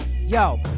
Yo